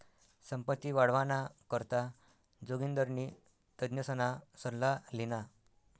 संपत्ती वाढावाना करता जोगिंदरनी तज्ञसना सल्ला ल्हिना